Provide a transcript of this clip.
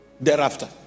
thereafter